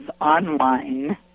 online